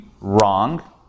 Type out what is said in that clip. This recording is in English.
wrong